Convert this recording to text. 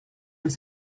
nos